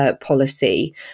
policy